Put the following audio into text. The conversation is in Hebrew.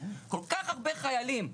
כל כך הרבה חיילים,